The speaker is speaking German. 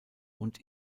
und